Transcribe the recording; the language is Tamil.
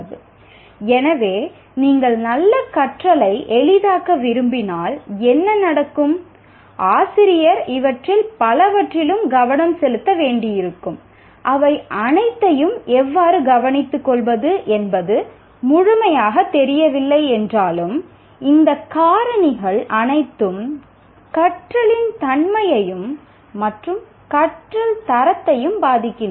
" எனவே நீங்கள் நல்ல கற்றலை எளிதாக்க விரும்பினால் என்ன நடக்கும் ஆசிரியர் இவற்றில் பலவற்றிலும் கவனம் செலுத்த வேண்டியிருக்கும் அவை அனைத்தையும் எவ்வாறு கவனித்துக்கொள்வது என்பது முழுமையாகத் தெரியவில்லை என்றாலும் இந்த காரணிகள் அனைத்தும் கற்றலின் தன்மையையும் மற்றும் கற்றல் தரத்தையும் பாதிக்கின்றன